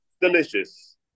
delicious